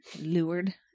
Lured